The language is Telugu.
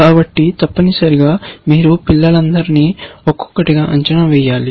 కాబట్టి తప్పనిసరిగా మీరు పిల్లలందరినీ ఒక్కొక్కటిగా అంచనా వేయాలి